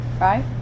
right